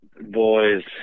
Boys